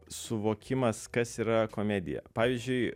suvokimas kas yra komedija pavyzdžiui